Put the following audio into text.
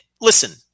listen